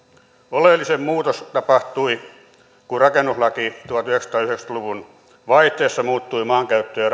oleellinen muutos tapahtui kun rakennuslaki tuhatyhdeksänsataayhdeksänkymmentä luvun vaihteessa muuttui maankäyttö ja